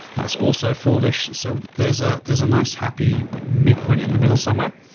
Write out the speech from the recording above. that's also foolish. so there's ah there's a nice happy midpoint in the middle somewhere.